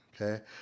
okay